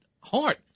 heart